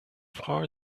far